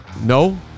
No